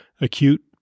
Acute